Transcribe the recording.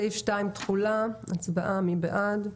סעיף 2, תחולה, מי בעד?